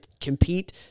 Compete